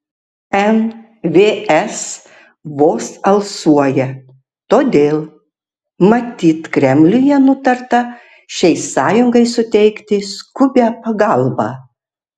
nvs vos alsuoja todėl matyt kremliuje nutarta šiai sąjungai suteikti skubią pagalbą